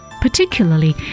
Particularly